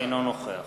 אינו נוכח